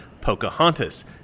Pocahontas